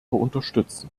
unterstützen